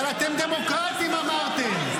אבל אתם דמוקרטים, אמרתם.